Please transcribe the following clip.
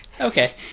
Okay